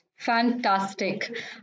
Fantastic